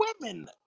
women